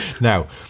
now